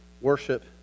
worship